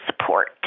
support